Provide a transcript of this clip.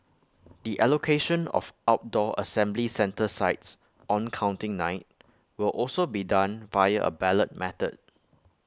the allocation of outdoor assembly centre sites on counting night will also be done via A ballot method